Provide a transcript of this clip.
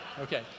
Okay